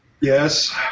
Yes